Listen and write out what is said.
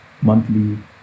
monthly